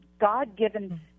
God-given